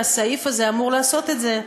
והסעיף הזה אמור לעשות את זה.